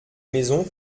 maison